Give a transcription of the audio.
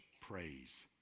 praise